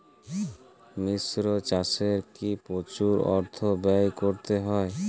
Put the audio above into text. মিশ্র চাষে কি প্রচুর অর্থ ব্যয় করতে হয়?